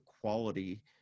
quality